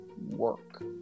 work